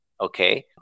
okay